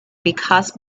because